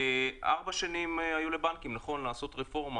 לבנקים היו ארבע שנים לעשות רפורמה.